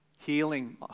Healing